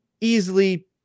Easily